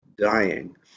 dying